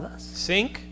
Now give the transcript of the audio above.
sink